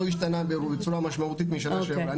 לא השתנה בצורה משמעותית משנה שעברה,